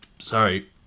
sorry